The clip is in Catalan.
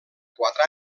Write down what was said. quatre